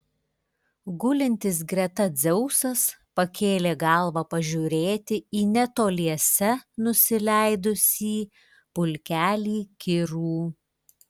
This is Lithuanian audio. gulintis greta dzeusas pakėlė galvą pažiūrėti į netoliese nusileidusį pulkelį kirų